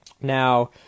Now